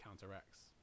counteracts